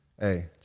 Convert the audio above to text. Hey